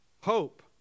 Hope